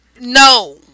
No